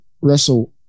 Russell